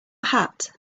hat